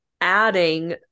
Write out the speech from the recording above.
adding